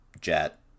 jet